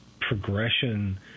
progression